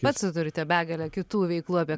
pats turite begalę kitų veiklų apie